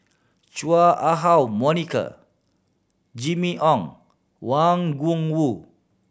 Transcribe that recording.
Chua Ah Huwa Monica Jimmy Ong Wang Gungwu